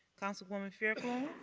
councilwoman fairclough.